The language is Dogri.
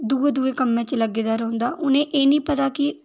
दूऐ दूऐ क'म्में च लग्गे दा रौहंदा उ'नें ई एह् निं पता की